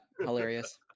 hilarious